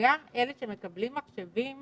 שגם אלה שמקבלים מחשבים